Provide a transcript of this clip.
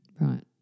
Right